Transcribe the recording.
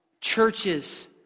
churches